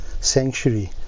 sanctuary